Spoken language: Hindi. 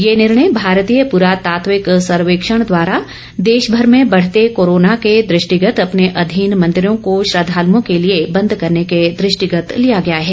ये निर्णय भारतीये पुरातात्विक सर्वेक्षण द्वारा देशभर में बढ़ते कोरोना के दृष्टिंगत अपने अधीन मन्दिरों को श्रद्वालुओं के लिए बेंद करने के दृष्टिगत लिया गया है